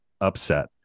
upset